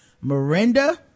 Miranda